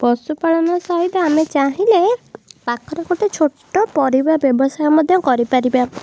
ପଶୁପାଳନ ସହିତ ଆମେ ଚାହିଁଲେ ପାଖରେ ଗୋଟେ ଛୋଟ ପରିବା ବ୍ୟବସାୟ ମଧ୍ୟ କରିପାରିବା